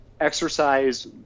exercise